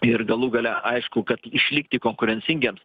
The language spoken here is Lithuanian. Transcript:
ir galų gale aišku kad išlikti konkurencingiems